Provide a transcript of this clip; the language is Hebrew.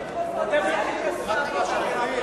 אקוניס, זה כואב.